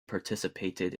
participated